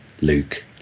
Luke